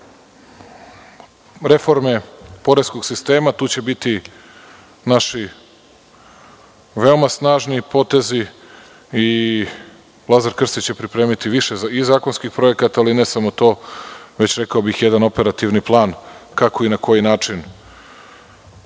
reforme poreskog sistema, tu će biti naši veoma snažni potezi. Lazar Krstić će pripremiti više zakonskih projekata i ne samo to, već i, rekao bih, jedan operativni plan kako i na koji način